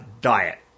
diet